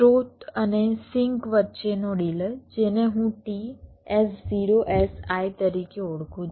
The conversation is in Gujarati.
તેથી સ્રોત અને સિંક વચ્ચેનો ડિલે જેને હું t S0 Si તરીકે ઓળખું છું